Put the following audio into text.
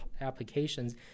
applications